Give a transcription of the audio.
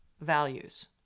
values